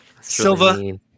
Silva